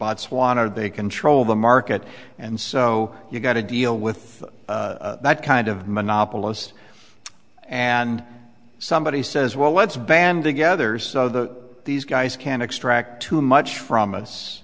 botswana they control the market and so you've got to deal with that kind of monopolist and somebody says well let's band together so that these guys can extract too much from us